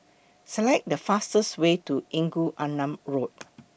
Select The fastest Way to Engku Aman Road